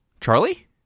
Charlie